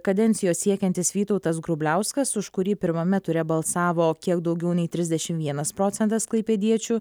kadencijos siekiantis vytautas grubliauskas už kurį pirmame ture balsavo kiek daugiau nei trisdešimt vienas procentas klaipėdiečių